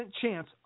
chance